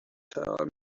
tell